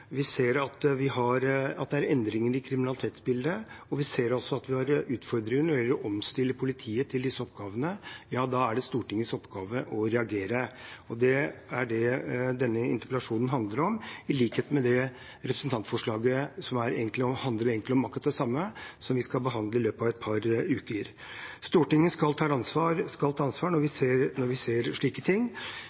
vi ser at det er endringer i kriminalitetsbildet, og vi ser at vi har utfordringer når det gjelder å omstille politiet til disse oppgavene, er det Stortingets oppgave å reagere, og det er det denne interpellasjonen handler om – i likhet med representantforslaget som egentlig handler om akkurat det samme, som vi skal behandle i løpet av et par uker. Stortinget skal ta ansvar når vi ser slike ting. Vi